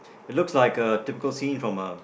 it looks like uh typical scene from uh